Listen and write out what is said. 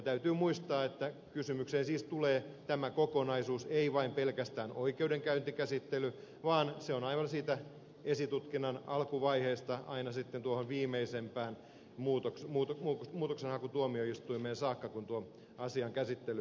täytyy muistaa että kysymykseen siis tulee tämä kokonaisuus ei vain pelkästään oikeudenkäyntikäsittely vaan se on aivan siitä esitutkinnan alkuvaiheesta aina sitten tuohon viimeisimpään muutoksenhakutuomioistuimeen saakka kun tuo asian käsittely mitataan